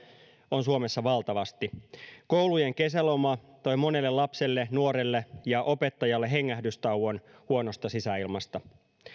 on suomessa valtavasti koulujen kesäloma toi monelle lapselle nuorelle ja opettajalle hengähdystauon huonosta sisäilmasta